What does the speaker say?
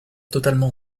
totalement